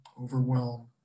overwhelm